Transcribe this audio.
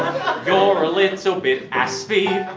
um a little so bit aspie,